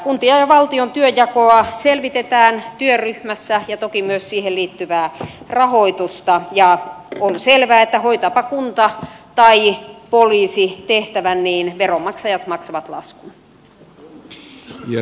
kuntien ja valtion työnjakoa selvitetään työryhmässä ja toki myös siihen liittyvää rahoitusta ja on selvää että hoitaapa kunta tai poliisi tehtävän niin veronmaksajat maksavat laskun